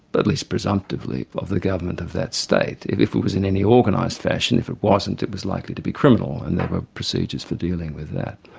but at least presumptively, of the government of that state, if if it was in any organised fashion. if it wasn't, it was likely to be criminal, and there were procedures for dealing with that.